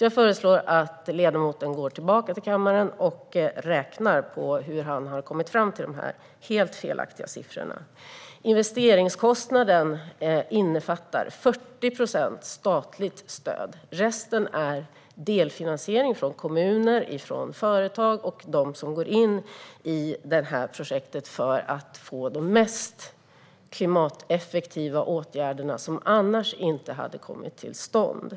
Jag föreslår att ledamoten går tillbaka till sin kammare och tittar på hur han har kommit fram till de helt felaktiga siffrorna. Investeringskostnaden innefattar 40 procent statligt stöd. Resten är delfinansiering från kommuner, från företag och från dem som går in i projektet för att få de mest klimateffektiva åtgärderna som annars inte hade kommit till stånd.